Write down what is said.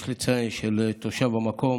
יש לציין, תושב המקום